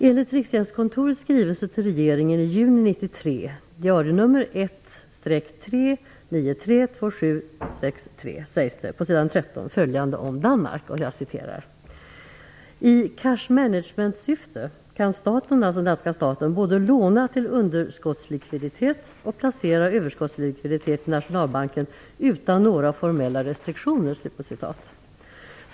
Enligt Riksgäldskontorets skrivelse till regeringen i juni 1993, dnr 1-3 932763, sägs det på s. 13 följande om Danmark: "I cash management syfte kan staten både låna till underskottslikviditet och placera överskottslikviditet i Nationalbanken utan några formella restriktioner."